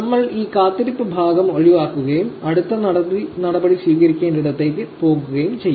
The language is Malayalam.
നമ്മൾ ഈ കാത്തിരിപ്പ് ഭാഗം ഒഴിവാക്കുകയും അടുത്ത നടപടി സ്വീകരിക്കേണ്ടിടത്തേക്ക് പോകുകയും ചെയ്യും